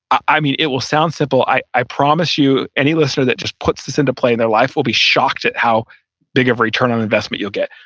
i mean, it will sound simple. i i promise you, any listener that just puts this into play in their life will be shocked at how big of return on investment you'll get.